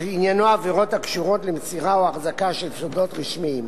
שעניינו עבירות הקשורת למסירה או החזקה של סודות רשמיים.